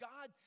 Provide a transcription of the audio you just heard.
God